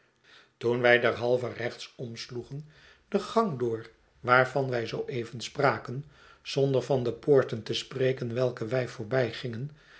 toen wij derhalve rechts omsloegen den gang door waarvan wij zooeven spraken zonder van de poorten te spreken welke wij